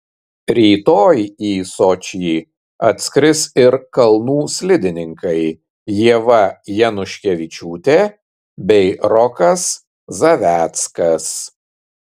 rytoj į sočį atskris ir kalnų slidininkai ieva januškevičiūtė bei rokas zaveckas